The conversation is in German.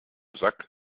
sack